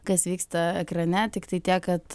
kas vyksta ekrane tiktai tiek kad